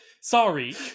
Sorry